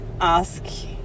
ask